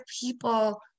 people